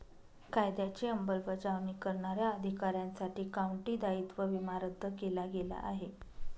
कायद्याची अंमलबजावणी करणाऱ्या अधिकाऱ्यांसाठी काउंटी दायित्व विमा रद्द केला गेला आहे